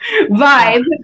vibe